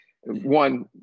one